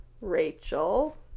Rachel